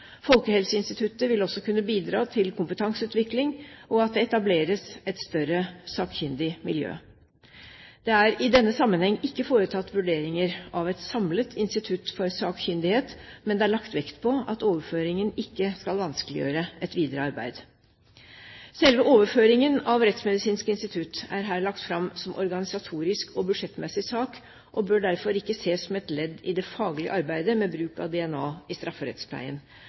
Folkehelseinstituttet vil også kunne bidra til kompetanseutvikling og at det etableres et større sakkyndig miljø. Det er i denne sammenheng ikke foretatt vurderinger av et samlet institutt for sakkyndighet, men det er lagt vekt på at overføringen ikke skal vanskeliggjøre et videre arbeid. Selve overføringen av Rettsmedisinsk institutt er her lagt fram som organisatorisk og budsjettmessig sak, og bør derfor ikke ses som et ledd i det faglige arbeidet med bruk av DNA i strafferettspleien.